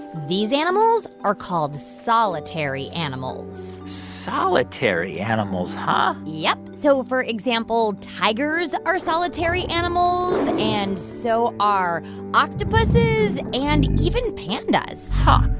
these animals are called solitary animals solitary animals, huh? yep. so for example, tigers are solitary animals. and so are octopuses and even pandas huh.